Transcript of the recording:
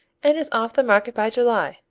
and it is off the market by july,